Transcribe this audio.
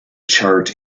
chart